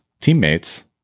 teammates